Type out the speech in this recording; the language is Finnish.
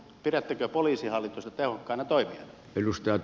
pidättekö poliisihallitusta tehokkaana toimijana